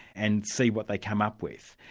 and see what they come up with.